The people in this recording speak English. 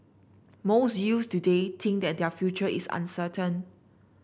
most youth today think that their future is uncertain